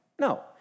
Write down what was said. No